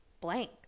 blank